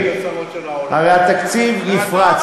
הרי התקציב נפרץ,